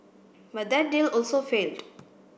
but that deal also failed